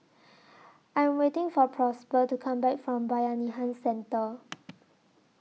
I Am waiting For Prosper to Come Back from Bayanihan Centre